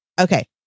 Okay